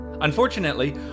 Unfortunately